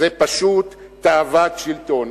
זה פשוט תאוות שלטון.